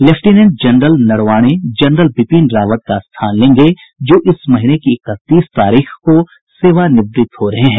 lieutenant general Naravane general Bipin Rawat का स्थान लेंगे जो इस महीने की इकतीस तारीख को सेवानिवृत्त हो रहे हैं